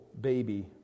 baby